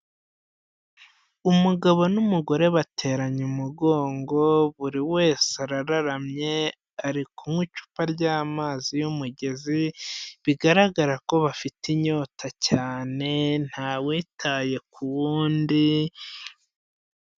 Umugabo n'umugore bateranye umugongo, buri wese arararamye, ari kunywa icupa ry'amazi y'umugezi, bigaragara ko bafite inyota cyane, ntawitaye k'uwundi.